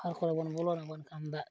ᱟᱦᱟᱨ ᱠᱚᱨᱮᱵᱚᱱ ᱵᱚᱞᱚᱱᱟ ᱵᱟᱝᱠᱷᱟᱱ ᱫᱟᱜ